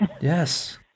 Yes